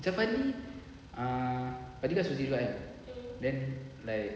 javani ah tapi then like